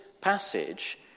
passage